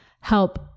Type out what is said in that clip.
help